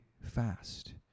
fast